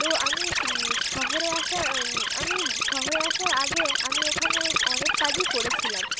তো আমি স শহরে আসার আমি শহরে আসার আগে আমি ওখানে অনেক কাজই করেছিলাম